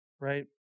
right